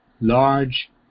large